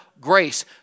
grace